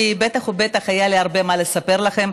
כי בטח ובטח היה לי הרבה מה לספר לכם,